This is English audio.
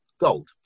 Gold